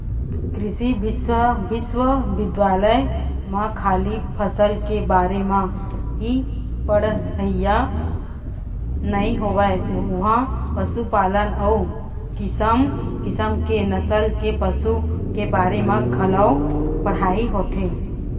कृषि बिस्वबिद्यालय म खाली फसल के बारे म ही पड़हई नइ होवय उहॉं पसुपालन अउ किसम किसम के नसल के पसु के बारे म घलौ पढ़ाई होथे